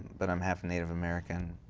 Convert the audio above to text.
but i'm half native american.